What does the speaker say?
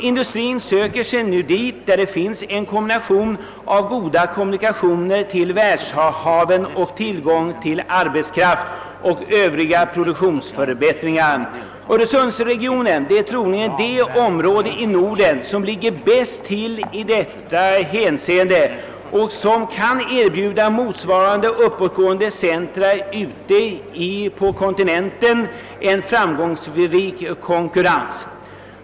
Industrin söker sig nu till sådana platser där det finns en kombination av goda kommunikationer till världshaven och tillgång till arbetskraft samt annat som kan bidra till en produktionsförbättring. Öresundsregionen är troligen det område i Norden som ligger bäst till i detta hänseende och som kan erbjuda motsvarande uppåtgående centra ute på kontinenten en framgångsrik konkurrens.